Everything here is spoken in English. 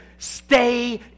Stay